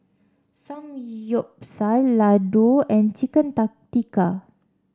Samgeyopsal Ladoo and Chicken Ta Tikka